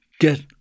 get